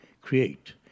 create